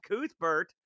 Cuthbert